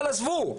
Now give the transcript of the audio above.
אבל עזבו.